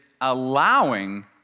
allowing